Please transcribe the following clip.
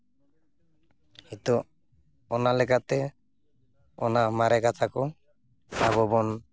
ᱱᱤᱛᱳᱜ ᱚᱱᱟ ᱞᱮᱠᱟᱛᱮ ᱚᱱᱟ ᱢᱟᱨᱮ ᱠᱟᱛᱷᱟ ᱠᱚ ᱟᱵᱚ ᱵᱚᱱ